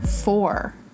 four